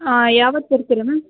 ಹಾಂ ಯಾವತ್ತು ಬರ್ತೀರಾ ಮ್ಯಾಮ್